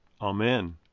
Amen